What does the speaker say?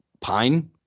Pine